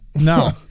no